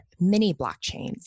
mini-blockchains